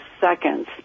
seconds